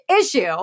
issue